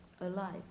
alive